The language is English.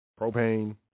Propane